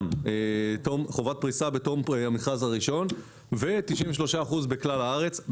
חובת פריסה בתום המכרז הראשון ו-93 אחוזים בכלל הארץ.